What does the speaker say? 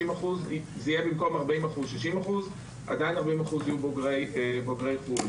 זה יהיה 60% במקום 40%. עדיין 40% יהיו בוגרי חו"ל.